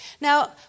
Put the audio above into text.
Now